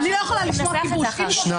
איך ננסח את זה אחר כך?